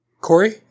Corey